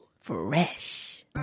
fresh